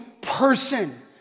person